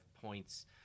points